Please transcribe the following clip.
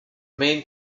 main